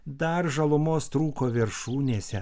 dar žalumos trūko viršūnėse